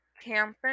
camping